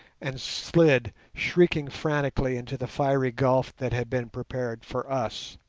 and slid, shrieking frantically, into the fiery gulf that had been prepared for us.